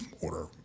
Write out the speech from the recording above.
order